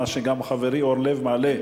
מה שגם חברי אורלב מעלה,